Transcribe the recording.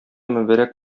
мөбарәк